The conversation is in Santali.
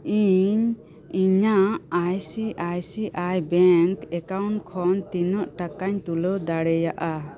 ᱤᱧ ᱤᱧᱟᱹᱜ I C I C I bank account ᱠᱷᱚᱱ ᱛᱤᱱᱟᱹᱜ ᱴᱟᱠᱟᱧ ᱛᱩᱞᱟᱹᱣ ᱫᱟᱲᱤᱭᱟᱜᱼᱟ